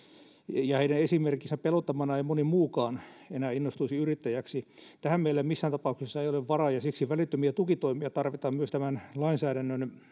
ja heidän esimerkkinsä pelottamana moni muukaan ei enää innostuisi yrittäjäksi tähän meillä missään tapauksessa ei ole varaa ja siksi välittömiä tukitoimia tarvitaan myös tämän lainsäädännön